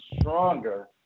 stronger